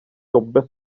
jobbet